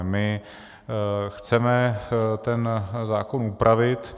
My chceme ten zákon upravit.